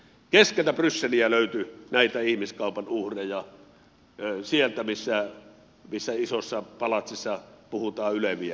keskeltä brysseliä löytyi näitä ihmiskaupan uhreja sieltä missä isossa palatsissa puhutaan yleviä